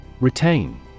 Retain